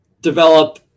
develop